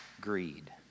greed